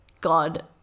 god